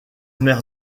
mer